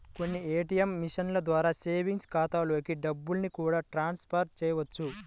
కొన్ని ఏ.టీ.యం మిషన్ల ద్వారా సేవింగ్స్ ఖాతాలలోకి డబ్బుల్ని కూడా ట్రాన్స్ ఫర్ చేయవచ్చు